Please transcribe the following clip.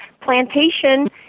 plantation